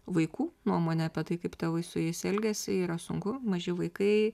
vaikų nuomone apie tai kaip tėvai su jais elgiasi yra sunku maži vaikai